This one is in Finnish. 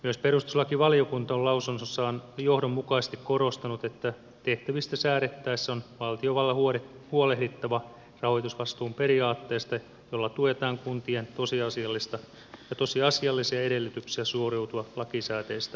myös perustuslakivaliokunta on lausunnossaan johdonmukaisesti korostanut että tehtävistä säädettäessä on valtiovallan huolehdittava rahoitusvastuun periaatteesta jolla tuetaan kuntien tosiasiallisia edellytyksiä suoriutua lakisääteisistä velvoitteistaan